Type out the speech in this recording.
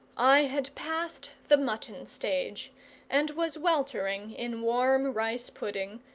i had passed the mutton stage and was weltering in warm rice pudding,